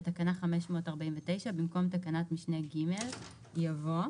בתקנה 549- במקום תקנת משנה (ג) יבוא: